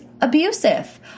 abusive